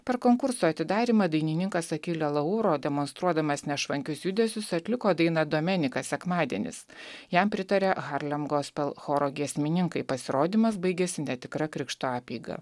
per konkurso atidarymą dainininkas achille lauro demonstruodamas nešvankius judesius atliko dainą domenica sekmadienis jam pritarė harlem gospel choro giesmininkai pasirodymas baigėsi netikra krikšto apeiga